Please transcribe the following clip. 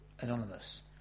anonymous